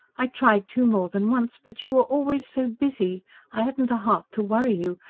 i tried to, more than once. but you were always so busy i hadn't the heart to worry you.